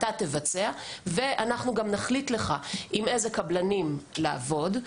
אתה תבצע ואנחנו גם נחליט לך עם איזה קבלנים לעבוד,